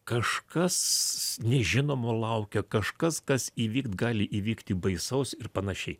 kažkas nežinomo laukia kažkas kas įvykt gali įvykti baisaus ir panašiai